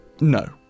No